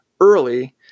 early